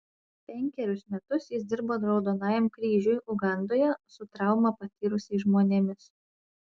penkerius metus jis dirbo raudonajam kryžiui ugandoje su traumą patyrusiais žmonėmis